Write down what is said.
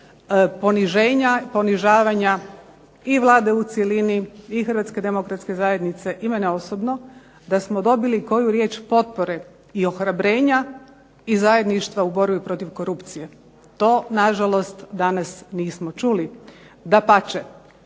ponižavanja i Vlade u cjelini i Hrvatske demokratske zajednice i mene osobno da smo dobili koju riječ potpore i ohrabrenja i zajedništva u borbi protiv korupcije. To na žalost danas nismo čuli. Dapače,